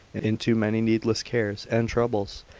into many needless cares, and troubles,